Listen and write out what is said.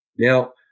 Now